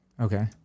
Okay